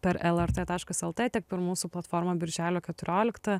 per lrt taškas lt tiek per mūsų platformą birželio keturiolikta